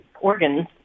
organs